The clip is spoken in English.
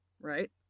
Right